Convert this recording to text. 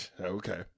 Okay